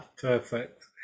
Perfect